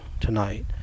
tonight